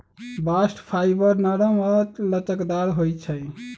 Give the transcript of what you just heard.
bast fibre नरम आऽ लचकदार होइ छइ